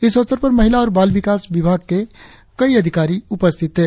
इस अवसर पर महिला और बाल विकास विभाग के कई अधिकारी उपस्थित थे